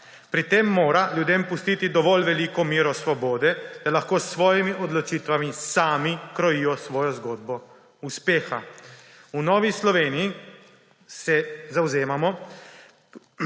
Pri tem mora ljudem pustiti dovolj veliko mero svobode, da lahko s svojimi odločitvami sami krojijo svojo zgodbo uspeha. V Novi Sloveniji se zavzemamo